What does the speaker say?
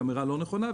וזו אמירה לא נכונה,